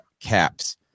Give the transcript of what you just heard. caps